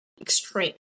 extreme